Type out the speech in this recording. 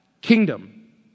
kingdom